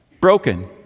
broken